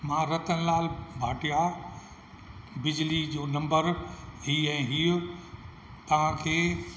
मां रतन लाल भाटिया बिजली जो नम्बर ई ऐं हीउ तव्हांखे